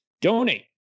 donate